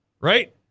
Right